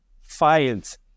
files